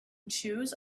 choose